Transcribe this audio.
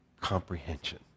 comprehension